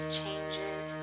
changes